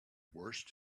worse